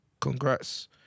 Congrats